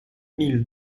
mille